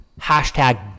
Hashtag